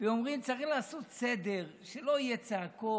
והם אומרים: צריך לעשות סדר, שלא יהיו צעקות